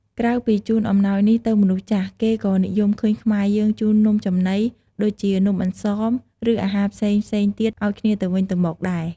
ក្រៅពីជូនអំណោយនេះទៅមនុស្សចាស់ គេក៏និយមឃើញខ្មែរយើងជូននំចំណី ដូចជានំអន្សម ឬ អាហារផ្សេងៗទៀតឱ្យគ្នាទៅវិញទៅមកដែរ។